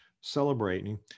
celebrating